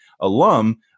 alum